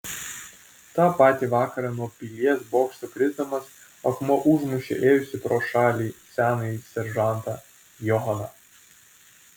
tą patį vakarą nuo pilies bokšto krisdamas akmuo užmušė ėjusį pro šalį senąjį seržantą johaną